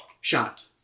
Shot